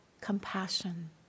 compassion